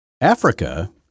Africa